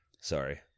Sorry